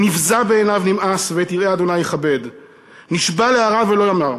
נבזה בעיניו נמאס ואת יראי ה' יכבד נשבע להרע ולא ימִר.